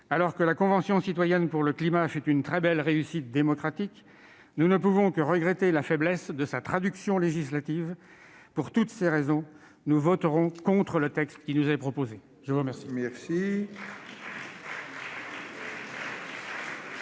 Alors que la Convention citoyenne pour le climat fut une très belle réussite démocratique, nous ne pouvons que regretter la faiblesse de sa traduction législative. Pour toutes ces raisons, nous voterons contre le texte qui nous est proposé. La parole